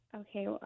Okay